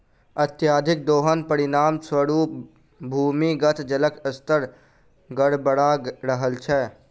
अत्यधिक दोहनक परिणाम स्वरूप भूमिगत जलक स्तर गड़बड़ा रहल छै